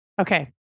Okay